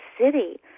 City